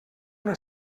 una